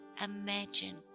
imagine